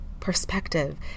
Perspective